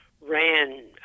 ran